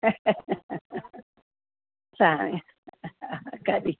चांहि कढी